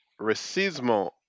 racismo